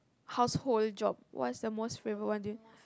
household job what's the most favourite one do you